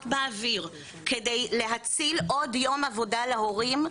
באוויר כדי להציל עוד יום עבודה להורים,